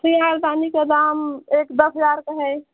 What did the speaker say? CR दानी का दाम एक दस हज़ार का है